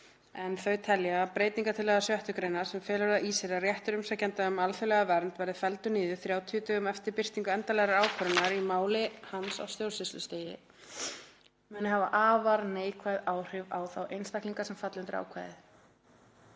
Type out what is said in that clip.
telja að breytingartillaga 6. gr., sem felur það í sér að réttur umsækjenda um alþjóðlega vernd verði felldur niður 30 dögum eftir birtingu endanlegrar ákvörðunar í máli hans á stjómsýslustigi, muni hafa afar neikvæð áhrif á þá einstaklinga sem falla undir ákvæðið.